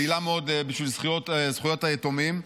פעילה מאוד לזכויות היתומים,